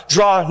Draw